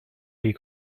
les